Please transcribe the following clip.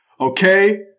okay